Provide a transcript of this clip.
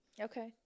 okay